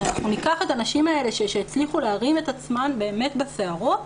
שניקח את הנשים האלה שהצליחו להרים את עצמן באמת בשערות